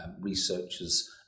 researchers